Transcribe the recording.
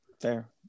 Fair